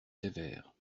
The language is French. sévère